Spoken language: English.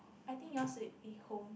I think yours would be home